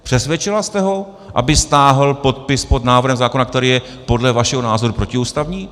Přesvědčila jste ho, aby stáhl podpis pod návrhem zákona, který je podle vašeho názoru protiústavní?